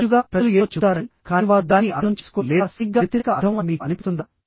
తరచుగా ప్రజలు ఏదో చెబుతారని కానీ వారు దానిని అర్థం చేసుకోరు లేదా సరిగ్గా వ్యతిరేక అర్థం అని మీకు అనిపిస్తుందా